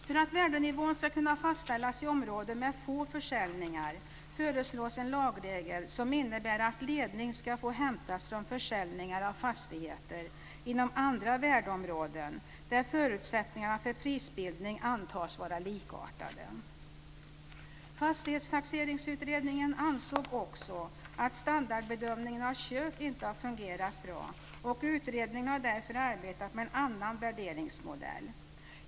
För att värdenivån ska kunna fastställas i områden med få försäljningar föreslås en lagregel, som innebär att ledning ska få hämtas från försäljningar av fastigheter inom andra värdeområden där förutsättningarna för prisbildning antas vara likartade. Fastighetstaxeringsutredningen ansåg också att standardbedömningen av kök inte har fungerat bra. Utredningen har därför arbetat med en annan värderingsmodell.